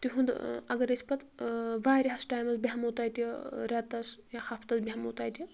تِہُنٛد اگر أسۍ پتہٕ واریہس ٹایمس بیہمو تتہِ رٮ۪تس یا ہفتس بیہمو تتہِ